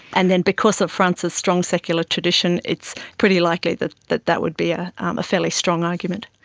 and then because of france's strong secular tradition, it's pretty likely that that that would be a um fairly strong argument.